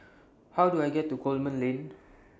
How Do I get to Coleman Lane